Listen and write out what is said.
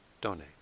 donate